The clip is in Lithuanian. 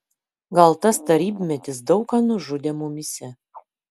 gal tas tarybmetis daug ką nužudė mumyse